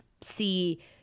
see